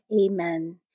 Amen